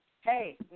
Hey